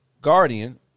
guardian